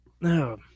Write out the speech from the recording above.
No